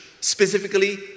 specifically